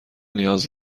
نیاز